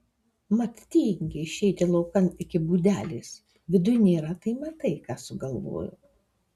mat tingi laukan išeiti iki būdelės viduj nėra tai matai ką sugalvojo